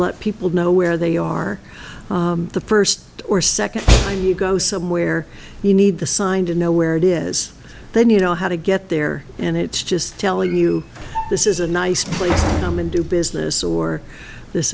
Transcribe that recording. let people know where they are the first or second time you go somewhere you need the signed and know where it is then you know how to get there and it's just tell you this is a nice place come in do business or this